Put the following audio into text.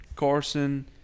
Carson